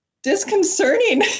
disconcerting